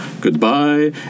goodbye